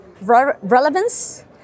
relevance